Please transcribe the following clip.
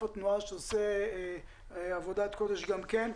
שעושה עבודת קודש גם כן,